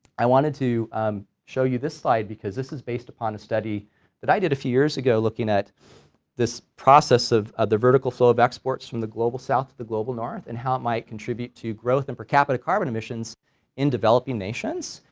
i wanted to show you this slide because this is based upon a study that i did a few years ago looking at this process of of the vertical flow so of exports from the global south to the global north and how it might contribute to growth in per capita carbon emissions in developing nations.